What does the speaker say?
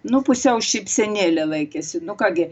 nu pusiau šypsenėlę laikėsi nu ką gi